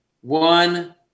one